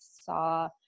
saw